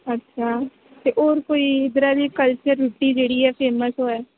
अच्छा ते होर कोई इद्धरै दी कलचर रुट्टी कोई जेह्ड़ी ऐ फेमस होऐ